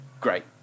great